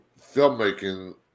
filmmaking